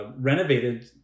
renovated